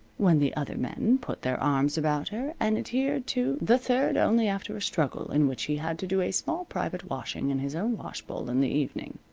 when the other men put their arms about her and adhered to the third only after a struggle, in which he had to do a small private washing in his own wash-bowl in the evening.